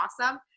awesome